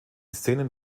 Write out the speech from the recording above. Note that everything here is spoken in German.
szenen